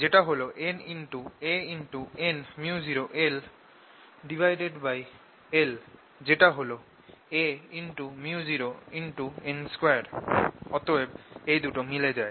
যেটা হল nanµ0Il যেটা হল aµ0n2 অতএব এই দুটো মিলে যায়